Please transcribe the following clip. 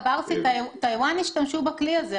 טאיוואן השתמשו בכלי הזה,